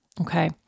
Okay